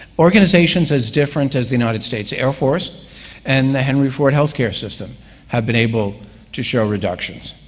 organizations as different as the united states air force and the henry ford healthcare system have been able to show reductions.